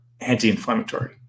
anti-inflammatory